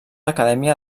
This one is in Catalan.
acadèmia